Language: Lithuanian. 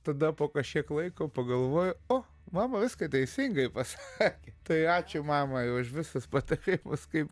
tada po kažkiek laiko pagalvoju o mama viską teisingai pasakė tai ačiū mamai už visus patarimus kaip